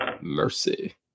Mercy